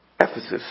Ephesus